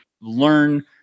learn